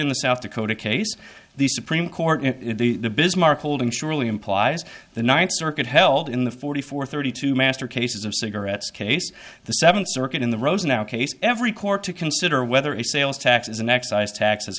in the south dakota case the supreme court in the bismarck holding surely implies the ninth circuit held in the forty four thirty two master cases of cigarettes case the seventh circuit in the rosenow case every court to consider whether a sales tax is an excise tax